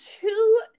two